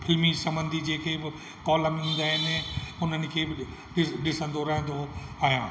फ़िल्मी संॿंधी जेके कॉलम ईंदा आहिनि उन्हनि खे बि ॾिस ॾिसंदो रहंदो आहियां